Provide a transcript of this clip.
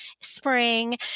spring